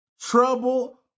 trouble